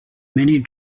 many